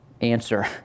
answer